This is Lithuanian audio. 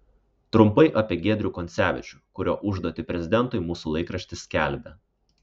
trumpai apie giedrių koncevičių kurio užduotį prezidentui mūsų laikraštis skelbia